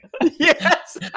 Yes